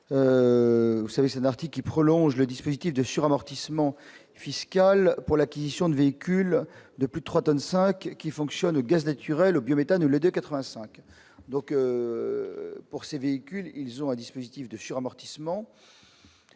vous savez c'est un article qui prolonge le dispositif de suramortissement fiscal pour l'acquisition de véhicules de plus de 3 tonnes 5 qui fonctionnent au gaz naturel au bioéthanol est de 85 donc pour ces véhicules, ils ont un dispositif de suramortissement